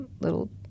little